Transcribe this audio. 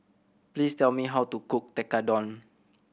please tell me how to cook Tekkadon